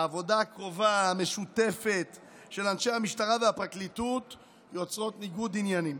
העבודה הקרובה והמשותפת של אנשי המשטרה והפרקליטות יוצרת ניגוד עניינים,